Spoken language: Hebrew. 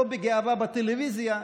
לא בגאווה בטלוויזיה,